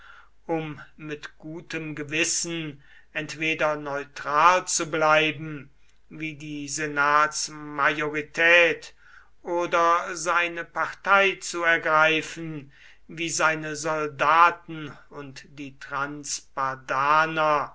um mit gutem gewissen entweder neutral zu bleiben wie die senatsmajorität oder seine partei zu ergreifen wie seine soldaten und die transpadaner